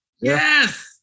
yes